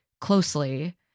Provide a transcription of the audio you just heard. closely